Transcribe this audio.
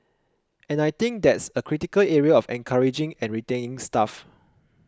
and I think that's a critical area of encouraging and retaining staff